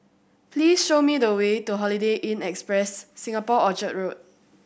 please show me the way to Holiday Inn Express Singapore Orchard Road